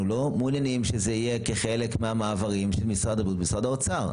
לא מעוניינים שזה יהיה כחלק מהמעברים של משרד הבריאות ומשרד האוצר.